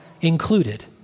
included